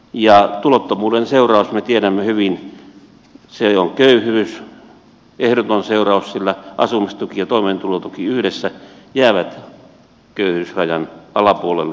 ja tulottomuuden seuraus me tiedämme hyvin on köyhyys ehdoton seuraus sillä asumistuki ja toimeentulotuki yhdessä jäävät köyhyysrajan alapuolelle selvästi